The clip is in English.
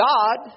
God